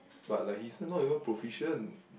but like he still not even profession